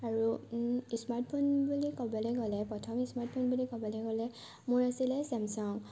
আৰু স্মাৰ্টফোন বুলি ক'বলৈ গ'লে প্ৰথমে স্মাৰ্টফোন বুলি ক'বলৈ গ'লে মোৰ আছিলে চেমচাং